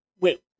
Wait